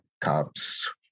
cops